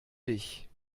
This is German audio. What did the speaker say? dich